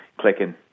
clicking